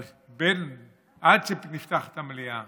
אבל עד שנפתחת המליאה